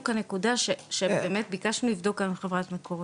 הנקודה שבאמת ביקשנו לבדוק גם עם חברת מקורות.